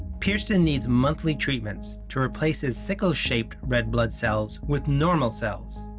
pierceton needs monthly treatments to replace his sickle-shaped red blood cells with normal cells.